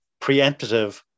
preemptive